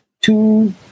two